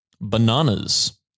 bananas